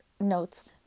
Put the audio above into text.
notes